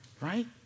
right